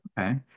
Okay